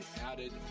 added